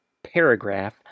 paragraph